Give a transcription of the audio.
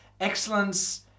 excellence